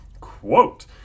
Quote